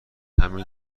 همین